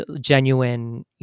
genuine